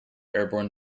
airborne